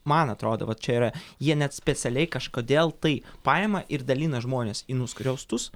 man atrodo vat čia yra jie net specialiai kažkodėl tai paima ir dalina žmones į nuskriaustus